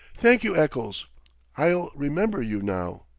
thank you, eccles i'll remember you now.